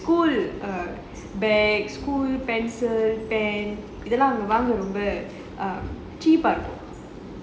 school err bag school pencil pen இதெல்லாம் வாங்க அங்க:ithelaam vaanga anga um cheaper